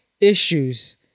issues